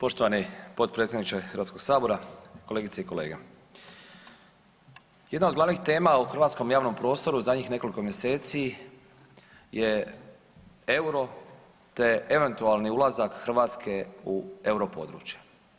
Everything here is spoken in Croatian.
Poštovani potpredsjedniče Hrvatskog sabora, kolegice i kolege, jedna od glavnih tema u hrvatskom javnom prostoru u zadnjih nekoliko mjeseci je EUR-o te eventualni ulazak Hrvatske u europodručja.